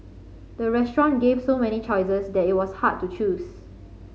the restaurant gave so many choices that it was hard to choose